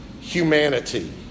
humanity